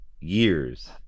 years